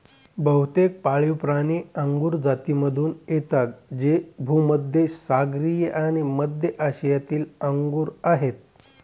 बहुतेक पाळीवप्राणी अंगुर जातीमधून येतात जे भूमध्य सागरीय आणि मध्य आशियातील अंगूर आहेत